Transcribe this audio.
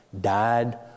died